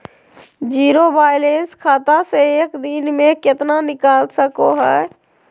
Zero balance खाता से एक दिन में कितना निकाल सको है?